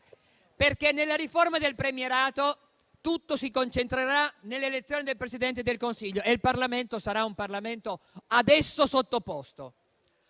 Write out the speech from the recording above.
potere. Nella riforma del premierato tutto si concentrerà nell'elezione del Presidente del Consiglio e il Parlamento sarà ad esso sottoposto.